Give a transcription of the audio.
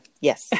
yes